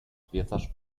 piezas